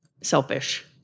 selfish